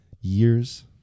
years